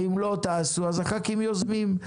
ואם לא תעשו, אז הח"כים יוזמים.